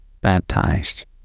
baptized